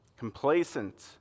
complacent